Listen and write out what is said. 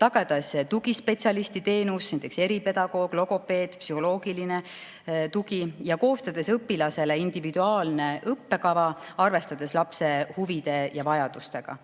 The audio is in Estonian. tagades tugispetsialistiteenuse, näiteks eripedagoogi, logopeedi ja psühholoogi toe, ja koostades õpilasele individuaalse õppekava, arvestades lapse huvide ja vajadustega.